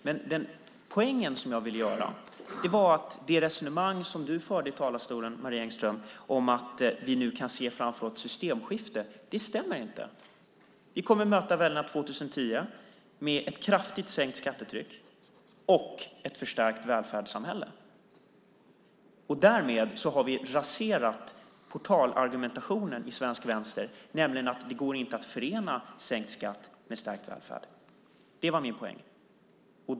Min poäng var att det resonemang som du förde i talarstolen, Marie Engström, om att vi nu kan se ett systemskifte framför oss inte stämmer. Vi kommer att möta väljarna 2010 med ett kraftigt sänkt skattetryck och ett förstärkt välfärdssamhälle. Därmed har vi raserat portalargumentationen i svensk vänster, nämligen att det inte går att förena sänkt skatt med stärkt välfärd. Det var min poäng.